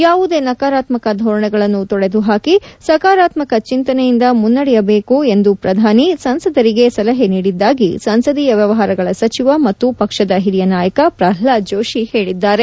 ಯಾವುದೇ ನಕಾರಾತ್ಮಕ ಧೋರಣೆಗಳನ್ನು ತೊಡೆದು ಹಾಕಿ ಸಕಾರಾತ್ಮಕ ಚಿಂತನೆಯಿಂದ ಮುನ್ನಡೆಯಬೇಕು ಎಂದು ಪ್ರಧಾನಿ ಸಂಸದರಿಗೆ ಸಲಹೆ ನೀಡಿದ್ದಾಗಿ ಸಂಸದೀಯ ವ್ಯವಹಾರಗಳ ಸಚಿವ ಮತ್ತು ಪಕ್ಷದ ಹಿರಿಯ ನಾಯಕ ಪ್ರಲ್ಲಾದ್ ಜೋಶಿ ಹೇಳಿದ್ದಾರೆ